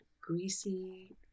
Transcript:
greasy